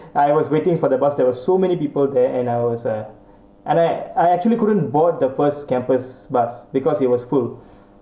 I was waiting for the bus there were so many people there and I was uh and I I actually couldn't board the first campus bus because it was full